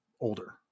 older